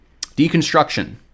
deconstruction